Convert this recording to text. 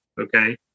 okay